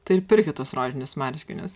tai ir pirkit tuos rožinius marškinius